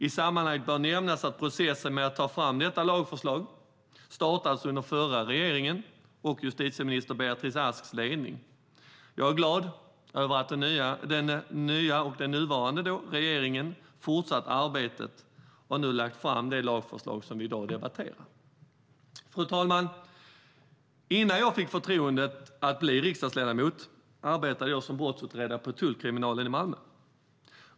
I sammanhanget bör nämnas att processen med att ta fram detta lagförslag startade under den förra regeringens och justitieminister Beatrice Asks ledning. Jag är glad över att den nuvarande regeringen fortsatt arbetet och nu lagt fram det lagförslag som vi i dag debatterar. Fru talman! Innan jag fick förtroendet att bli riksdagsledamot arbetade jag som brottsutredare på tullkriminalen i Malmö.